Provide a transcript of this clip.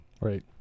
Right